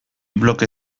bloke